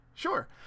Sure